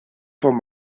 vom